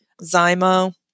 Zymo